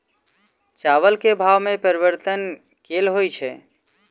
चावल केँ भाव मे परिवर्तन केल होइ छै?